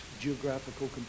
geographical